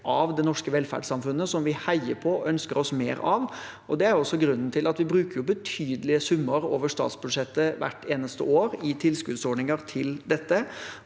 av det norske velferdssamfunnet som vi heier på og ønsker oss mer av. Det er også grunnen til at vi hvert eneste år bruker betydelige summer over statsbudsjettet i tilskuddsordninger til dette.